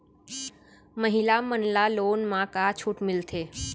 महिला मन ला लोन मा का छूट मिलथे?